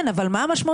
כן, אבל מה המשמעות?